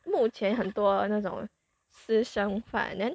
目前很多那种私生饭 then